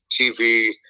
TV